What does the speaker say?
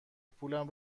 پولم